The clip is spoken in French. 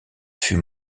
fut